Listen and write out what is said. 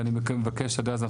ואני מבקש עד אז,